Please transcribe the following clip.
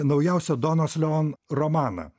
naujausio donos leon romaną